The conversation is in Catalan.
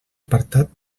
apartat